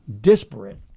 disparate